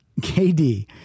KD